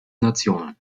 nationen